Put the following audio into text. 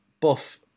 buff